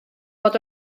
bod